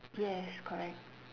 yes correct